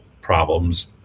problems